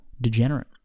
degenerate